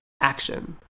Action